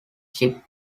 ship